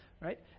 right